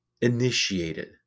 initiated